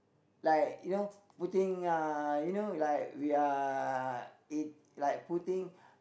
like you know putting uh you know like we are it like putting